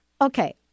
Okay